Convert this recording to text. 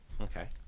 okay